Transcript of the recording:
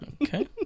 okay